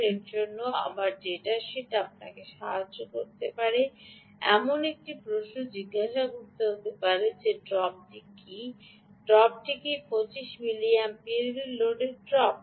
এর জন্য আবার ডেটা শীট আপনাকে সাহায্য করতে পারে এমন একটি প্রশ্ন জিজ্ঞাসা করতে পারে যে ড্রপ কী ড্রপ কী 25 মিলিঅ্যাম্পিয়ারের লোডের ড্রপ কী